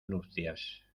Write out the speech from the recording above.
nupcias